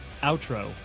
outro